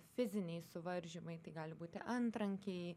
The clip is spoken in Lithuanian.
fiziniai suvaržymai tai gali būti antrankiai